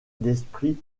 d’esprit